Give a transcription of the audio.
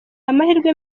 amahirwe